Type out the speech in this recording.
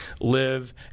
live